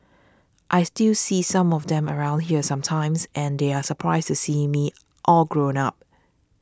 I still see some of them around here sometimes and they are surprised to see me all grown up